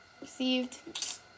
received